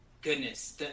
Goodness